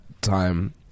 time